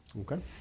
Okay